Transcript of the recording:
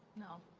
no.